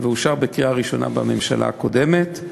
ואושר בקריאה ראשונה בממשלה הקודמת,